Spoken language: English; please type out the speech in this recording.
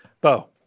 Bo